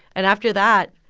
and after that